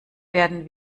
werden